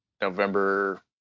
November